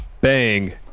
Bang